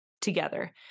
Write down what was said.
together